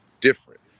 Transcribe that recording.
different